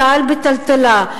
צה"ל בטלטלה,